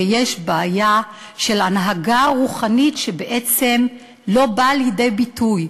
ויש בעיה של הנהגה רוחנית שבעצם לא באה לידי ביטוי.